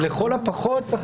לכל הפחות צריך